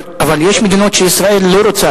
אבל יש מדינות שישראל לא רוצה,